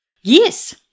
Yes